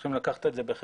צריכים לקחת את זה בחשבון,